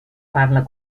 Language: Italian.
parla